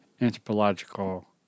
anthropological